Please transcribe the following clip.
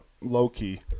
low-key